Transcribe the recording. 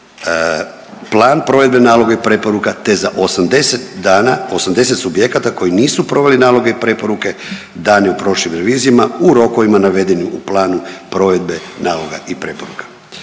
plan provedbe naloga i preporuka, te za 80 dana, 80 subjekata koji nisu proveli naloge i preporuke dane u prošlim revizijama u rokovima navedenim u planu provedbe naloga i preporuka.